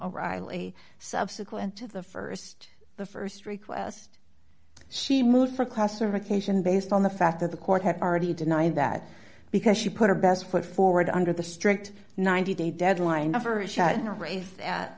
o'reilly subsequent to the st the st request she moved for classification based on the fact that the court had already denied that because she put her best foot forward under the strict ninety day deadline for a shot in a race a